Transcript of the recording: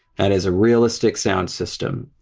that is a realistic sound system,